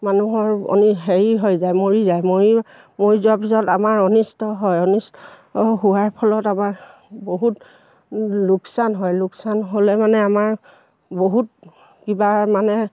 মানুহৰ অনি হেৰি হৈ যায় মৰি যায় মৰি মৰি যোৱাৰ পিছত আমাৰ অনিষ্ট হয় অনিষ্ট হোৱাৰ ফলত আমাৰ বহুত লোকচান হয় লোকচান হ'লে মানে আমাৰ বহুত কিবা মানে